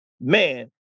man